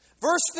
Verse